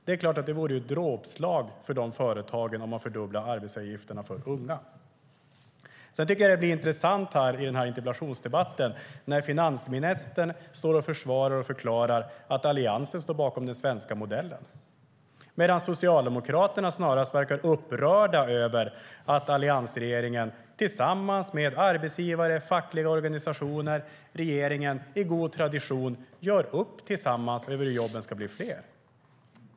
Det är klart att det vore ett dråpslag för dessa företag om man fördubblade arbetsgivaravgifterna för unga. Jag tycker att det blir intressant här i interpellationsdebatten när finansministern står och försvarar den svenska modellen och förklarar att Alliansen står bakom den. Socialdemokraterna verkar samtidigt snarast upprörda över att alliansregeringen tillsammans med arbetsgivare och fackliga organisationer i god tradition gör upp tillsammans om hur jobben ska bli fler.